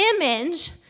image